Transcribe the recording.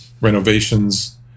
renovations